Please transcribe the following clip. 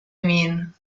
mean